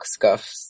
scuffs